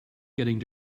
getting